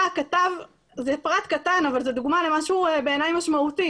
כתב איזשהו פרט קטן שבעיניי הוא משמעותי